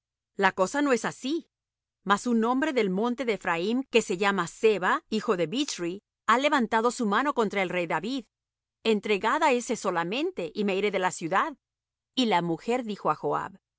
la cosa no es así mas un hombre del monte de ephraim que se llama seba hijo de bichri ha levantado su mano contra el rey david entregad á ése solamente y me iré de la ciudad y la mujer dijo á joab